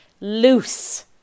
loose